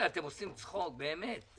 עודד, עברה שנייה אחת.